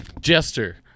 Jester